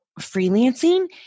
freelancing